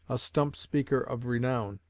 a stump speaker of renown,